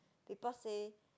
people say